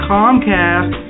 Comcast